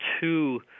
two